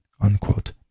unquote